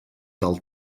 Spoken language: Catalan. del